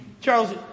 Charles